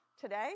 today